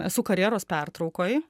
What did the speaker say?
esu karjeros pertraukoj